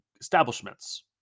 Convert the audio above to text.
establishments